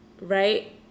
Right